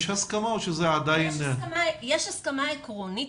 יש הסכמה או שזה עדיין --- יש הסכמה עקרונית,